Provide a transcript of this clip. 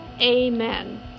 Amen